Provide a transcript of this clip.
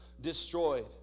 destroyed